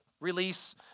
release